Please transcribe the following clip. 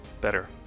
Better